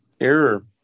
error